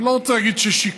אני לא רוצה להגיד ששיקרת.